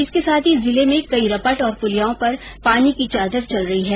इसके साथ ही जिले में कई रपट और पुलियाओं पर पानी की चादर चल रही है